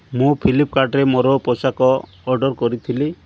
ମୁଁ ଫ୍ଲିପ୍କାର୍ଟ୍ରେ ମୋର ପୋଷାକ ଅର୍ଡ଼ର୍ କରିଥିଲି